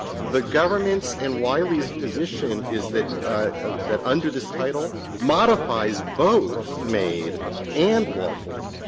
the government's and wiley's position is that that under this title modifies both made and lawfully.